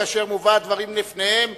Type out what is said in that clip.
כאשר מובאים הדברים לפניהן,